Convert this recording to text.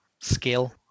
skill